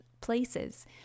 places